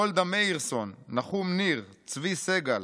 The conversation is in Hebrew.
גולדה מאירסון, נחום ניר, צבי סגל,